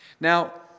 Now